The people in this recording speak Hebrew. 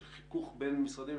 של חיכוך בין המשרדים,